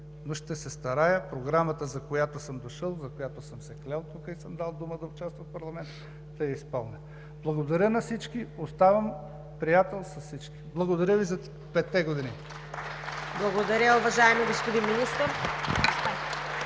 но ще се старая Програмата, за която съм дошъл, за която съм се клел тук и съм дал дума да участвам в парламента, да я изпълня. Благодаря на всички. Оставам приятел с всички. Благодаря Ви за петте години! (Ръкопляскания от ГЕРБ и